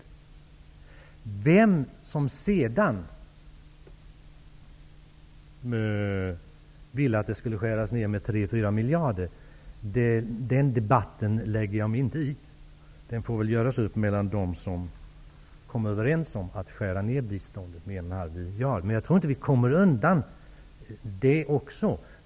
Debatten om vem som ville att biståndet skulle skäras ned med 3--4 miljarder kronor lägger jag mig inte i. Det får väl göras upp mellan dem som kom överens att skära ned biståndet med 1,5 miljarder kronor. Jag tror inte att vi kommer undan den frågan.